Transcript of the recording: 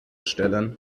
stellen